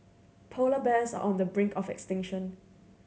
polar bears are on the brink of extinction